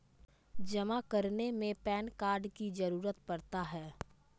जमा करने में पैन कार्ड की जरूरत पड़ता है?